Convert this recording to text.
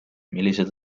millised